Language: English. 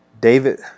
David